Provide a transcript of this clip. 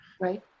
Right